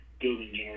building